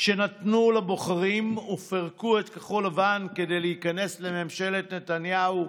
שנתנו לבוחרים ופירקו את כחול לבן כדי להיכנס לממשלת נתניהו,